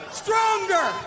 stronger